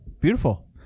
beautiful